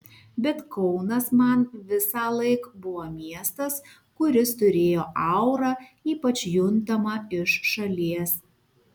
bet kaunas man visąlaik buvo miestas kuris turėjo aurą ypač juntamą iš šalies